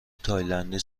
تایلندی